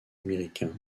américains